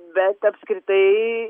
bet apskritai